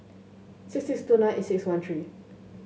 six six two nine eight six one three